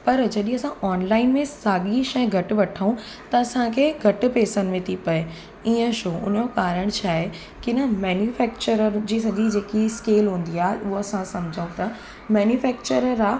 पर जॾहिं असां ऑनलाइन में साॻी शइ घटि वठूं त असांखे घटि पैसनि में थी पए ईअं छो उन जो कारणु छा आहे की न मेनुफेक्चरर जी सॼी जेकी स्केल हूंदी आहे उहा असां सम्झूं था मेनुफेक्चरर आहे